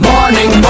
Morning